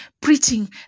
preaching